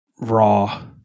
raw